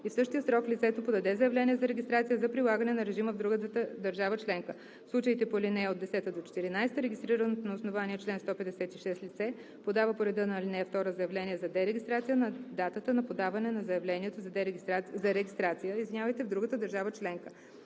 и в същия срок лицето подаде заявление за регистрация за прилагане на режима в другата държава членка. В случаите по ал. 10 – 14 регистрираното на основание чл. 156 лице подава по реда на ал. 2 заявление за дерегистрация на датата на подаване на заявлението за регистрация в другата държава членка.